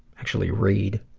actually, read.